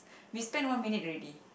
we spent one minute ready